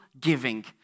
giving